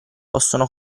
possono